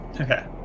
okay